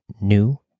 new